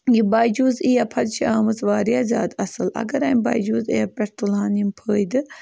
یہِ بَیجوٗز ایپ حظ چھِ آمٕژ واریاہ زیادٕ اَصٕل اگر اَمہِ بَیجوٗز ایپہِ پٮ۪ٹھ تُلہٕ ہَن یِم فٲیدٕ